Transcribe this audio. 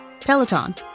Peloton